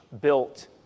built